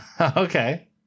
Okay